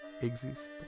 exist